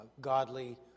godly